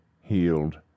healed